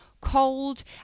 cold